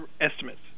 estimates